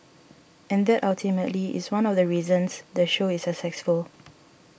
and that ultimately is one of the reasons the show is successful